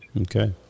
Okay